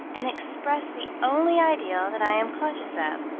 and expressed the only ideal that i am conscious of,